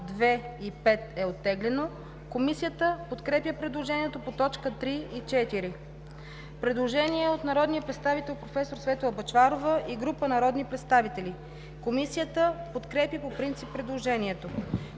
2 и 5 е оттеглено. Комисията подкрепя предложението по т. 3 и 4. Предложение от народния представител проф. Светла Бъчварова и група народни представители. Комисията подкрепя по принцип предложението.